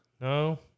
No